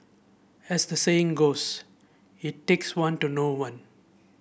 as the saying goes it takes one to know one